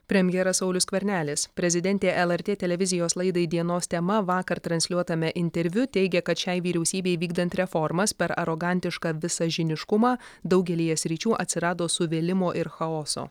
premjeras saulius skvernelis prezidentė lrt televizijos laidai dienos tema vakar transliuotame interviu teigė kad šiai vyriausybei vykdant reformas per arogantišką visažiniškumą daugelyje sričių atsirado suvėlimo ir chaoso